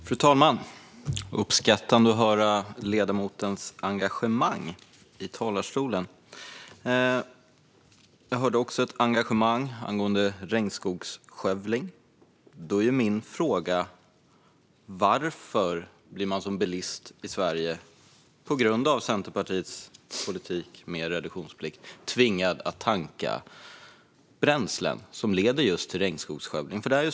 Fru talman! Jag uppskattar att höra ledamotens engagemang i talarstolen. Jag hörde också ett engagemang angående regnskogsskövling. Då är min fråga: Varför blir man som bilist i Sverige, på grund av Centerpartiets politik med reduktionsplikt, tvingad att tanka bränslen som leder till just regnskogsskövling?